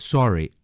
Sorry